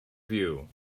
view